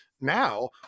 now